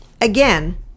Again